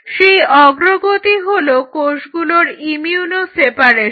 সেই অগ্রগতি হলো কোষগুলোর ইমিউনো সেপারেশন